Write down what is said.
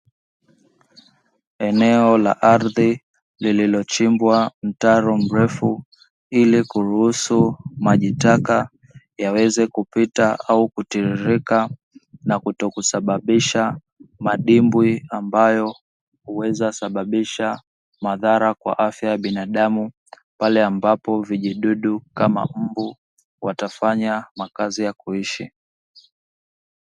Eneo la ardhi lililochimbwa mtaro mrefu, ili kuruhusu maji taka yaweze kupita au kutiririka na kutokusababisha madimbwi ambayo huweza kusababisha madhara kwa afya ya binadamu, pale ambapo vijidudu kama mbu watafanya makazi ya kuishi.